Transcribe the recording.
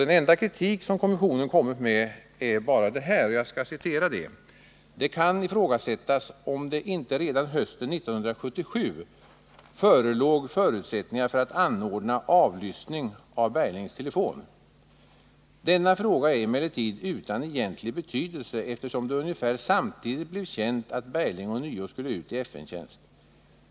Den enda kritik som kommissionen kommit med är denna: ”Det kan ifrågasättas om det inte redan hösten 1977 förelåg förutsättningar för att anordna avlyssning av Berglings telefon. Denna fråga är emellertid utan egentlig betydelse eftersom det ungefär samtidigt blev känt att Bergling ånyo skulle ut i FN-tjänst.